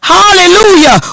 hallelujah